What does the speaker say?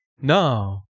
No